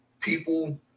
people